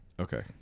Okay